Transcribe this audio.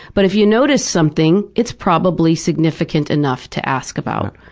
but if you notice something, it's probably significant enough to ask about.